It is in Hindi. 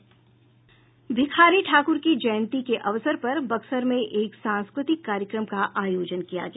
भीखारी ठाकूर की जयंती के अवसर पर बक्सर में एक सांस्कृतिक कार्यक्रम का आयोजन किया गया